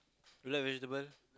you like vegetable